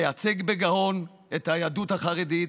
לייצג בגאון את היהדות החרדית,